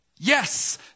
Yes